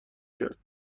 کرد